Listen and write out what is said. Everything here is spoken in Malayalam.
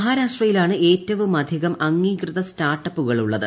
മഹാരാഷ്ട്രയിലാണ് ഏറ്റവും അധികം അംഗീകൃത സ്റ്റാർട്ടപ്പുകൾ ഉള്ളത്